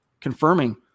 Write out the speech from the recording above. confirming